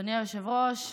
אדוני היושב-ראש,